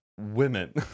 Women